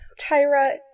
Tyra